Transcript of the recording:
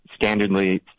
standardly